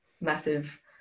massive